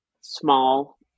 small